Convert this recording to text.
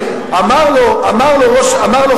שמונה-עשר.